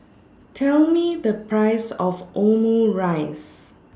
Tell Me The Price of Omurice